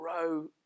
Grow